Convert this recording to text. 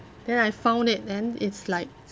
then I found it then it's like